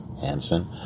Hansen